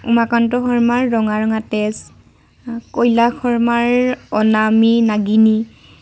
উমাকান্ত শৰ্মাৰ ৰঙা ৰঙা তেজ কৈলাশ শৰ্মাৰ অনামী নাগিনী